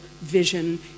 vision